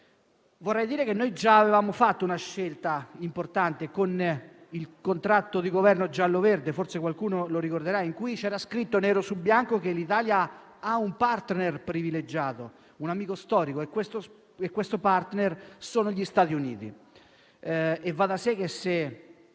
Vorrei dire che noi già avevamo fatto una scelta importante con il contratto di Governo giallo-verde - forse qualcuno lo ricorderà - in cui c'era scritto nero su bianco che l'Italia ha un *partner* privilegiato, un amico storico, ossia gli Stati Uniti.